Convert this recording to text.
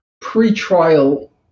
pre-trial